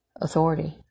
authority